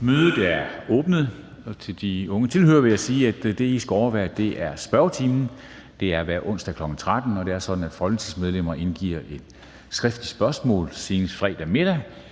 Mødet er åbnet. Til de unge tilhørere vil jeg sige, at det, I skal overvære, er spørgetiden. Det er hver onsdag kl. 13.00, og det er sådan, at folketingsmedlemmer indgiver et skriftligt spørgsmål senest fredag middag,